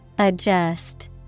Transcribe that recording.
Adjust